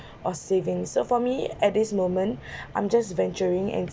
or savings so for me at this moment I'm just venturing and